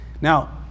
Now